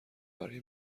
برای